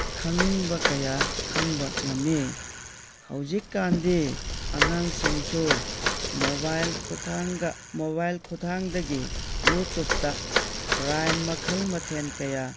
ꯈꯪꯅꯤꯡꯕ ꯀꯌꯥ ꯈꯪꯕ ꯉꯝꯃꯤ ꯍꯧꯖꯤꯛꯀꯥꯟꯗꯤ ꯑꯉꯥꯡꯁꯤꯡꯁꯨ ꯃꯣꯕꯥꯏꯜ ꯈꯨꯊꯥꯡꯒ ꯃꯣꯕꯥꯏꯜ ꯈꯨꯊꯥꯡꯗꯒꯤ ꯌꯨꯇ꯭ꯌꯦꯕꯇ ꯔꯥꯏꯝ ꯃꯈꯜ ꯃꯊꯦꯜ ꯀꯌꯥ